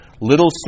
Little